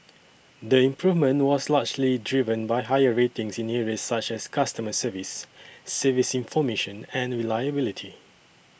the improvement was largely driven by higher ratings in areas such as customer service service information and reliability